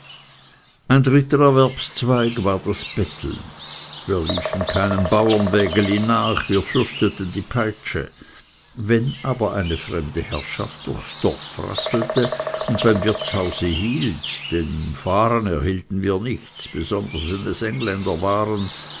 ein dritter erwerbszweig war das betteln wir liefen keinem bauernwägeli nach wir fürchteten die peitsche wenn aber eine fremde herrschaft durchs dorf rasselte und beim wirtshause hielt denn im fahren erhielten wir nichts besonders wenn es engländer waren